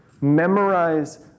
Memorize